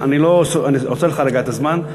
אני עוצר לך רגע את הזמן.